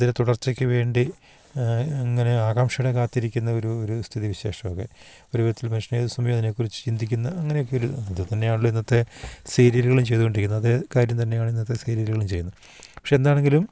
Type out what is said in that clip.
അതിൻ്റെ തുടർച്ചയ്ക്ക് വേണ്ടി ഇങ്ങനെ ആകാംക്ഷയോടെ കാത്തിരിക്കുന്ന ഒരു ഒരു സ്ഥിതി വിശോഷം ഒക്കെ ഒരു വിധത്തിൽ മനുഷ്യൻ ഏതു സമയവും അതിനെക്കുറിച്ച് ചിന്തിക്കുന്ന അങ്ങനെയൊക്കെ ഒരു ഇത് ഇതുതന്നെയാണല്ലോ ഇന്നത്തെ സീരിയലുകളും ചെയ്തുകൊണ്ടിരിക്കുന്നത് അതേ കാര്യം തന്നെയാണ് ഇന്നത്തെ സീരിയലുകളും ചെയ്യുന്ന പക്ഷെ എന്താണെങ്കിലും